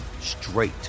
straight